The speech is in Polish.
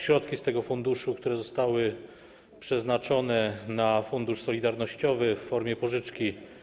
Środki z tego funduszu, które zostały przeznaczone na Fundusz Solidarnościowy w formie pożyczki.